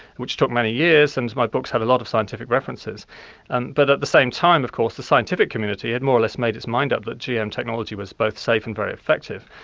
which took many years. and my books had a lot of scientific references and but at the same time, of course, the scientific community had more or less made its mind up that gm technology was both safe and very effective.